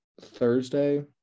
Thursday